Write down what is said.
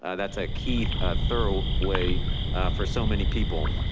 ah that's a key thorough way for so many people.